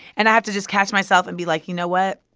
and i have to just catch myself and be like, you know what?